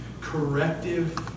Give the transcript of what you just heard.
corrective